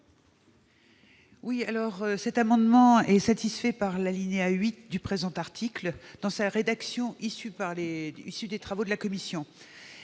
? Cet amendement est satisfait par l'alinéa 8 du présent article, dans la rédaction issue des travaux de la commission.